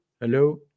hello